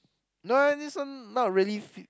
no eh this one not really f~